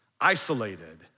isolated